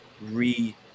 re